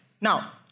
Now